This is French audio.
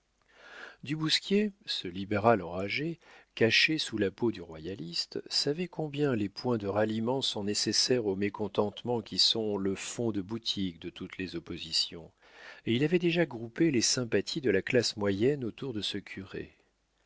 du bousquier ce libéral enragé caché sous la peau du royaliste savait combien les points de ralliement sont nécessaires aux mécontents qui sont le fond de boutique de toutes les oppositions et il avait déjà groupé les sympathies de la classe moyenne autour de ce curé